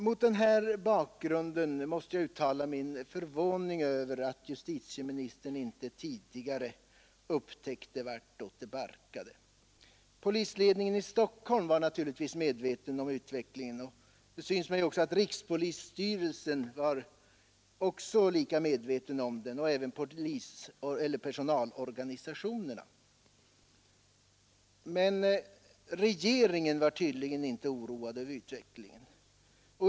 Mot denna bakgrund måste jag uttala min förvåning över att justitieministern inte tidigare upptäckt vartåt det barkade. Polisledningen i Stockholm var naturligtvis medveten om utvecklingen, och det synes mig att både rikspolisstyrelsen och personalorganisationerna var lika medvetna om den. Men regeringen var tydligen inte oroad av utvecklingen.